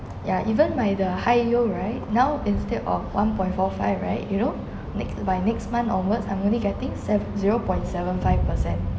ya even my the high yield right now instead of one point four five right you know next by next month onwards I'm going to getting sev~ zero point seven five percent